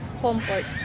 Comfort